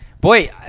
boy